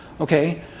okay